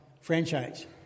franchise